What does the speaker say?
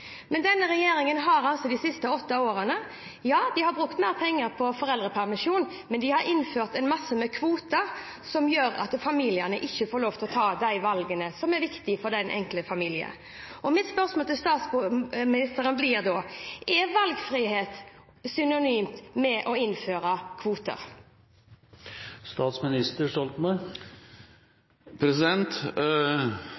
Denne regjeringen har de siste åtte årene brukt mer penger på foreldrepermisjon, men den har innført en masse kvoter som gjør at familiene ikke får lov til å ta de valgene som er viktige for den enkelte familie. Mitt spørsmål til statsministeren blir da: Er valgfrihet synonymt med å innføre